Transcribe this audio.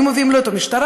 היו מביאים לו את המשטרה,